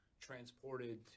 transported